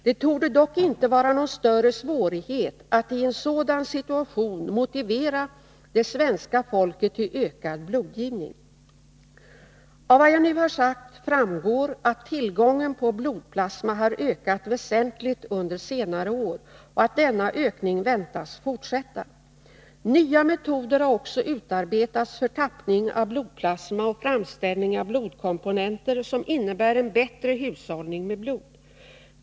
Det torde dock Om en landsominte vara någon större svårighet att i en sådan situation motivera det svenska fattande blodgivarfolket till ökad blodgivning. Av vad jag har sagt framgår att tillgången på blodplasma har ökat väsentligt under senare år och att denna ökning väntas fortsätta. Nya metoder har också utarbetats för tappning av blodplasma och framställning av blodkomponenter som innebär en bättre hushållning med blod.